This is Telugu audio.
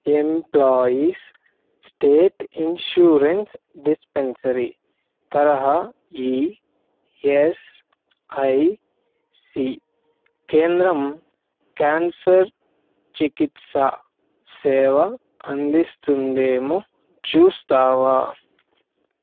ఎంప్లాయీస్ స్టేట్ ఇన్షూరెన్స్ డిస్పెన్సరీ తరహా ఈఎస్ఐసి కేంద్రం క్యాన్సర్ చికిత్సా సేవ అందిస్తుందేమో చూస్తావా